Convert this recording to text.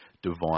divine